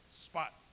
spot